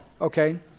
okay